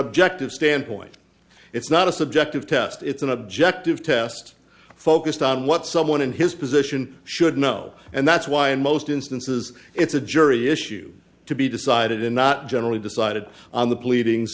objective standpoint it's not a subjective test it's an objective test focussed on what someone in his position should know and that's why in most instances it's a jury issue to be decided in not generally decided on the pleading